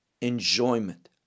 enjoyment